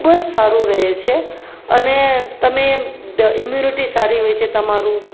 ખૂબ જ સારું રહે છે અને તમે ઈમ્યુનિટી સારી રહે છે તમારું